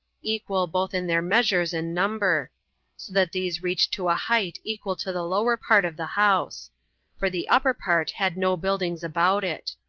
equal, both in their measures and number so that these reached to a height equal to the lower part of the house for the upper part had no buildings about it.